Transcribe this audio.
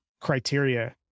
criteria